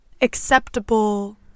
acceptable